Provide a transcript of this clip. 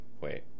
Wait